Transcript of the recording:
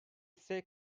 ise